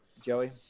joey